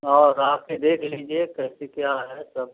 और आके देख लीजिए कैसे क्या है सब